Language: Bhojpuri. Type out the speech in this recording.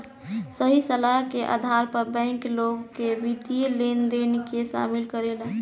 सही सलाह के आधार पर बैंक, लोग के वित्तीय लेनदेन में शामिल करेला